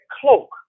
cloak